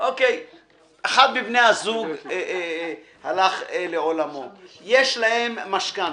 אחד מבני הזוג הלך לעולמו ויש לזוג משכנתה.